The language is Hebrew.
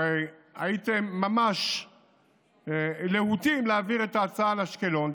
הרי הייתם ממש להוטים להעביר את ההצעה על אשקלון,